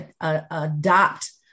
adopt